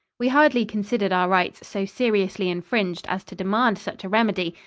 we hardly considered our rights so seriously infringed as to demand such a remedy,